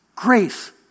Grace